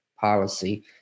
policy